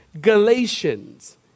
Galatians